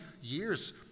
years